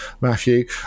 Matthew